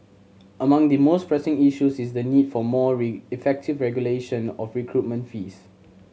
among the most pressing issues is the need for more effective regulation of recruitment fees